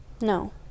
No